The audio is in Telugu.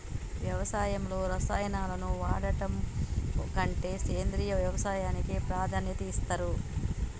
వ్యవసాయంలో రసాయనాలను వాడడం కంటే సేంద్రియ వ్యవసాయానికే ప్రాధాన్యత ఇస్తరు